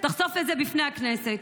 חשוף את זה בפני הכנסת.